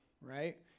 right